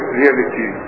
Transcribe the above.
reality